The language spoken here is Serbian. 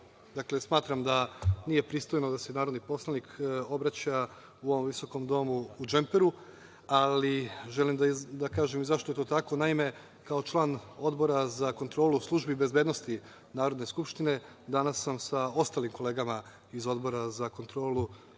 Smatram da nije pristojno da se narodni poslanik obraća u ovom visokom domu u džemperu, ali želim da kažem zašto je to tako. Naime, kao član Odbora za kontroli službi bezbednosti Narodne skupštine danas sam sa ostalim kolegama iz Odbora za kontrolu